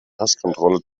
passkontrolle